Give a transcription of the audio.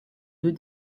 deux